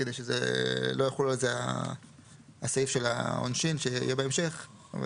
כדי שלא יחול על זה הסעיף של העונשין שיהיה בהמשך.